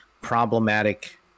problematic